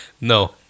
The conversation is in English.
No